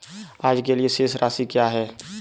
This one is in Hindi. आज के लिए शेष राशि क्या है?